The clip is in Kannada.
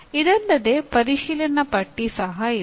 ಇದಲ್ಲದೆ ಪರಿಶೀಲನಾಪಟ್ಟಿ ಸಹ ಇದೆ